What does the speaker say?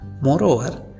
Moreover